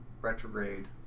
retrograde